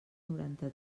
noranta